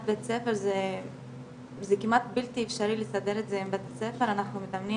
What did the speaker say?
בית ספר זה כמעט בלתי אפשר לסדר את זה אנחנו מתאמנים